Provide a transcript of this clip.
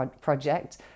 Project